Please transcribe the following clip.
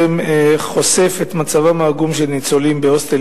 שחושף את מצבם העגום של ניצולים בהוסטלים